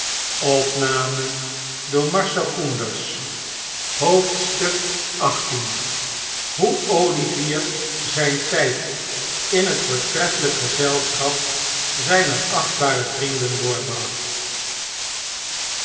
hob olivier zijn tijd in hbt voortreffelijk gezelschap zijner achtbare vrienden doorbracht